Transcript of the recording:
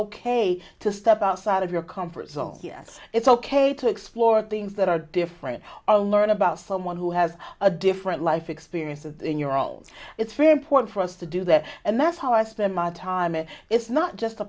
ok to step outside of your comfort zone yes it's ok to explore things that are different or learn about someone who has a different life experiences in your all it's very important for us to do that and that's how i spend my time and it's not just a